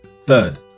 Third